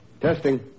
Testing